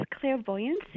clairvoyance